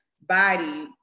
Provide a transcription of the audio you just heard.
body